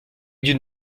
d’une